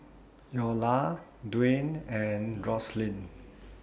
Iola Dwane and Roselyn